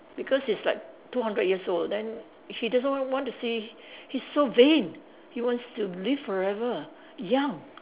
because it's like two hundred years old then he doesn't want want to see he's so vain he wants to live forever young